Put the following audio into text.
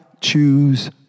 choose